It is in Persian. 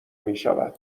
میشود